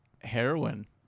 heroin